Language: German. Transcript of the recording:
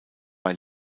bei